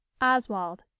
Oswald